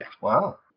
Wow